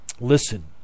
listen